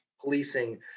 policing